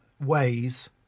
ways